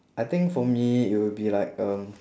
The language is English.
I think for me it will be like um